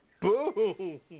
boom